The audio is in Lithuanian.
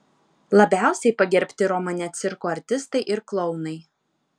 labiausiai pagerbti romane cirko artistai ir klounai